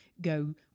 go